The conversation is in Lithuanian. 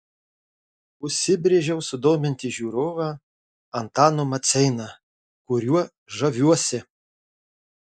užsibrėžiau sudominti žiūrovą antanu maceina kuriuo žaviuosi